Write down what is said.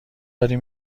داریم